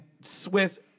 Swiss